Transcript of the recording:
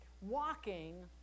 walking